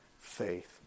faith